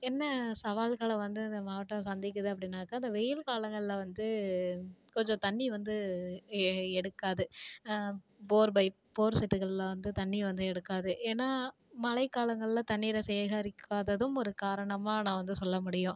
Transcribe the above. என்ன சவால்களை வந்து அந்த மாவட்டம் சந்திக்குது அப்படின்னாக்கா அந்த வெயில் காலங்களில் வந்துட்டு கொஞ்சம் தண்ணி வந்து எ எடுக்காது போர் பைப் போர்செட்டுகளில் வந்து தண்ணி வந்து எடுக்காது ஏன்னால் மழைக் காலங்களில் தண்ணீரை சேகரிக்காததும் ஒரு காரணமாக நான் வந்து சொல்ல முடியும்